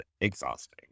exhausting